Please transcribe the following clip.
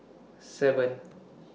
seven